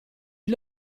est